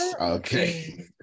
Okay